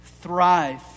thrive